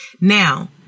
now